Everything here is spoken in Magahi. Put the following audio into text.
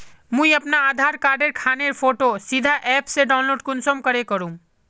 मुई अपना आधार कार्ड खानेर फोटो सीधे ऐप से डाउनलोड कुंसम करे करूम?